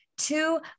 Two